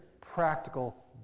practical